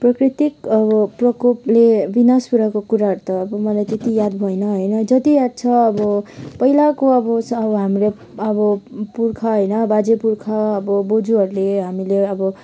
प्राकृतिक अब प्रकोपले बिनास पुऱ्याएको कुराहरू त अब मलाई त्यति याद भएन होइन जति याद छ अब पहिलाको अब हामीले अबो पुर्खा होइन बाजे पुर्खा अब बोज्यूहरूले हामीले